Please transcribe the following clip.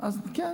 כן.